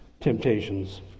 temptations